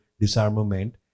disarmament